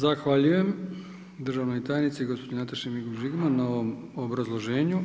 Zahvaljujem državnoj tajnici gospođi Nataši Mikuš Žigman na ovom obrazloženju.